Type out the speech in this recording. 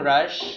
Rush